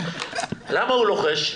למה הוא לוחש?